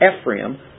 Ephraim